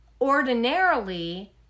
Ordinarily